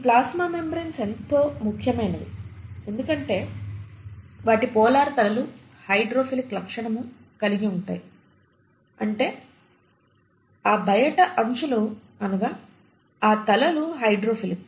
ఈ plasma membranes ఎంతో ముఖ్యమైనవి ఎందుకంటే వాటి పోలార్ తలలు హైడ్రోఫిలిక్ లక్షణము కలిగి ఉంటాయి అంటే ఆ బయట అంచులు అనగా ఆ తలలు హైడ్రోఫిలిక్